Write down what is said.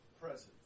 presence